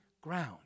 ground